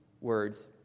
words